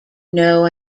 know